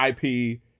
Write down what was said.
IP